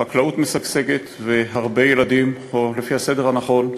חקלאות משגשגת והרבה ילדים, או לפי הסדר הנכון,